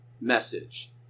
message